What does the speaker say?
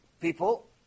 people